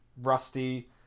Rusty